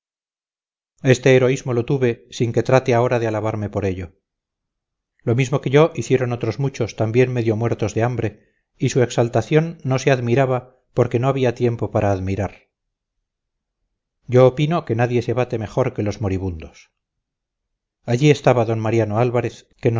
este heroísmo lo tuve sin que trate ahora de alabarme por ello lo mismo que yo hicieron otros muchos también medio muertos de hambre y su exaltación no se admiraba porque no había tiempo para admirar yo opino que nadie se bate mejor que los moribundos allí estaba d mariano álvarez